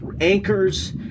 anchors